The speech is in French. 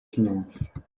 finances